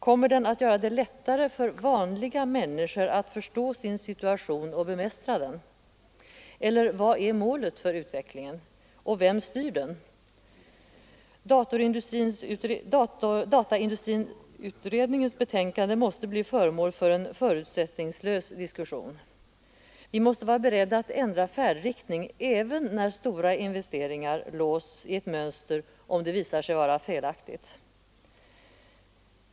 Kommer den att göra det lättare för vanliga människor att förstå sin situation och bemästra den? Eller vad är målet för utvecklingen? Och vem styr den? Dataindustriutredningens betänkande måste bli föremål för en förutsättningslös diskussion. Vi måste vara beredda att ändra färdriktning, även när stora investeringar låsts i ett mönster som visar sig felaktigt.